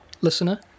listener